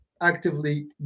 actively